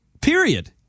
period